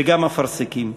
וגם אפרסקים.